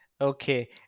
Okay